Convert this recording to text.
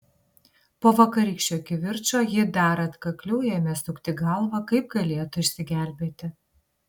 po vakarykščio kivirčo ji dar atkakliau ėmė sukti galvą kaip galėtų išsigelbėti